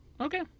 Okay